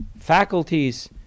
faculties